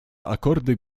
akordy